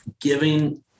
giving